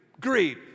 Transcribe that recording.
Greed